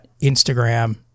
Instagram